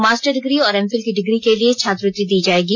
master degree और M Phil की degree के लिए छात्रवृति दी जायेगी